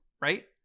right